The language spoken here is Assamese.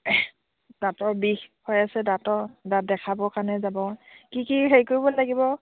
দাঁতৰ বিষ হৈ আছে দাঁতৰ দাঁত দেখাবৰ কাৰণে যাব কি কি হেৰি কৰিব লাগিব